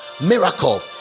miracle